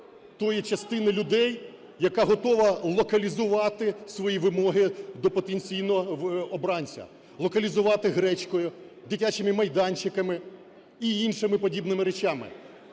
тої частини людей, яка готова локалізувати свої вимоги до потенційного обранця, локалізувати гречкою, дитячими майданчиками і іншими подібними речами.